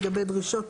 לגבי דרישות